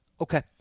Okay